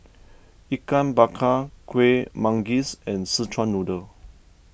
Ikan Bakar Kueh Manggis and Szechuan Noodle